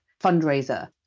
fundraiser